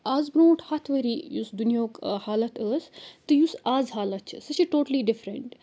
اَز برونٛٹھ ہَتھ ؤری یُس دُنیِہُک حالت ٲس تہٕ یُس اَز حالت چھِ سُہ چھِ ٹوٹلی ڈِفرَنٛٹ